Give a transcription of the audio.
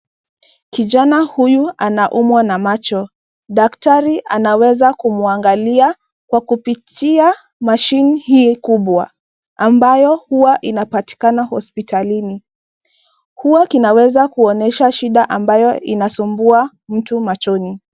Kijana huyu anaumwa na macho, daktari anaweza kumwangalia kwa kupitia machine hii kubwa, ambayo huwa inapatikana hospitalini. Huwa kinaweza kuonyesha shida ambayo inasumbua mtu machoni.